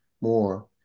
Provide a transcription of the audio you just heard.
more